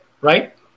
right